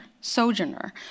sojourner